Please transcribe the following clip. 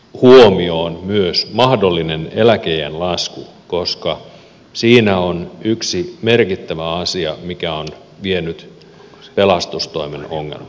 leonia on myös mahdollinen eläkeiän lasku koska siinä on yksi merkittävä asia mikä on vienyt pelastustoimen